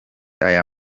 aya